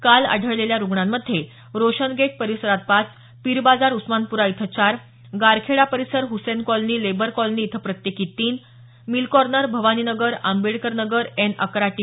काल आढळलेल्या रुग्णांमध्ये रोशन गेट परिसरात पाच पीर बाजार उस्मानप्रा इथं चार गारखेडा परिसर हुसेन कॉलनी लेबर कॉलनी इथं प्रत्येकी तीन mill corner Bhavani Nagar Ambedkar Nagar N अकरा टी